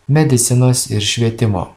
medicinos ir švietimo